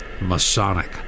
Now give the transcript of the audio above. Masonic